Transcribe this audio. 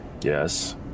Yes